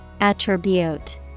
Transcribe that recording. Attribute